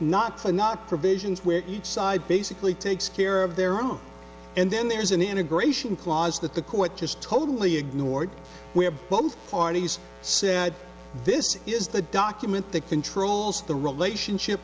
not to not provisions where each side basically takes care of their own and then there's an integration clause that the court just totally ignored where both parties said this is the document that controls the relationship